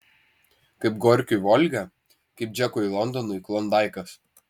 kaip gorkiui volga kaip džekui londonui klondaikas